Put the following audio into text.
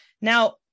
Now